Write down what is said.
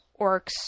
Orcs